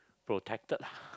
protected lah